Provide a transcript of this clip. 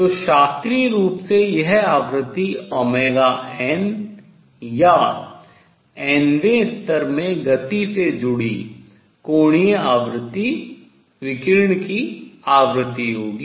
तो शास्त्रीय रूप से यह आवृत्ति या nवें स्तर में गति से जुड़ी कोणीय आवृत्ति विकिरण की आवृत्ति होगी